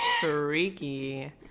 freaky